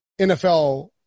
NFL